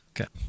Okay